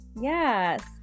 Yes